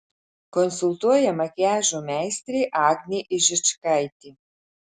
konsultuoja makiažo meistrė agnė ižičkaitė